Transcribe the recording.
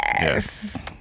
Yes